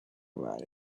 about